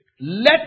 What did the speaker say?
Let